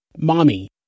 Mommy